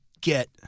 get